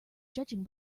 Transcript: judging